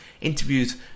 interviews